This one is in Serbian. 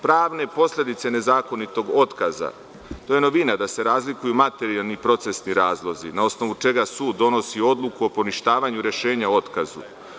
Pravne posledice nezakonitog otkaza - to je novina da se razlikuju materijalni procesni razlozi na osnovu čega sud donosi odluku o poništavanju rešenja o otkazu.